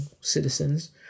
citizens